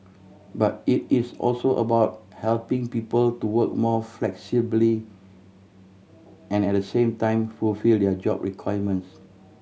but it is also about helping people to work more flexibly and at the same time fulfil their job requirements